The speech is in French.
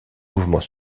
mouvement